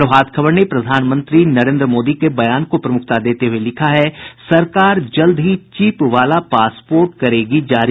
प्रभात खबर ने प्रधानमंत्री नरेन्द्र मोदी के बयान को प्रमुखता देते हुये लिखा है सरकार जल्द ही चिप वाला पासपोर्ट करेगी जारी